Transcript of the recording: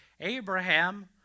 Abraham